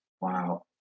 Wow